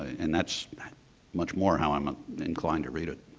and that's much more how i'm inclined to read it.